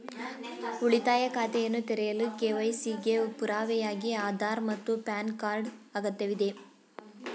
ಉಳಿತಾಯ ಖಾತೆಯನ್ನು ತೆರೆಯಲು ಕೆ.ವೈ.ಸಿ ಗೆ ಪುರಾವೆಯಾಗಿ ಆಧಾರ್ ಮತ್ತು ಪ್ಯಾನ್ ಕಾರ್ಡ್ ಅಗತ್ಯವಿದೆ